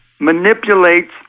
manipulates